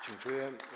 Dziękuję.